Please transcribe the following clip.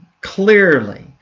clearly